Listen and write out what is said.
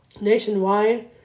nationwide